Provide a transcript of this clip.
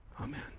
Amen